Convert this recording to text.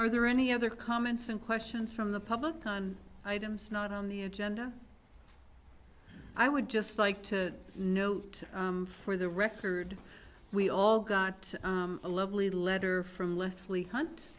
are there any other comments and questions from the public on items not on the agenda i would just like to note for the record we all got a lovely letter from leslie hunt